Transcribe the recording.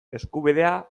eskubidea